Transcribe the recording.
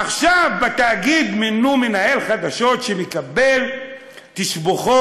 עכשיו בתאגיד מינו מנהל חדשות שמקבל תשבחות,